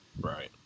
Right